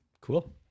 cool